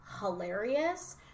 hilarious